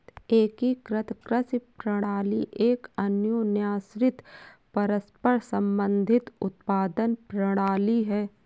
एकीकृत कृषि प्रणाली एक अन्योन्याश्रित, परस्पर संबंधित उत्पादन प्रणाली है